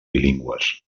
bilingües